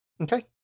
Okay